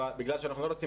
בגלל שאנחנו לא רוצים